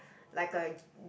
like a